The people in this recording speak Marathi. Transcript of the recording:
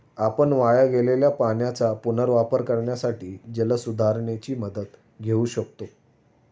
आपण वाया गेलेल्या पाण्याचा पुनर्वापर करण्यासाठी जलसुधारणेची मदत घेऊ शकतो